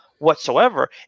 whatsoever